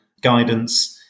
guidance